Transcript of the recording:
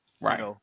right